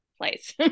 place